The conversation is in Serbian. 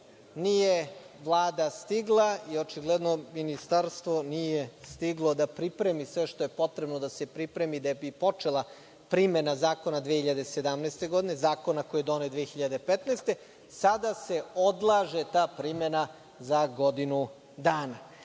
nije Vlada stigla i očigledno ministarstvo nije stiglo da pripremi sve što je potrebno da se pripremi da bi počela primena zakona 2017. godine, zakona koji je donet 2015. godine, sada se odlaže ta primena za godinu